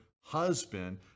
husband